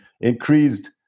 increased